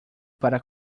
para